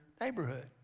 neighborhood